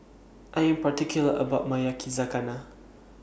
I Am particular about My Yakizakana